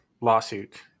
lawsuit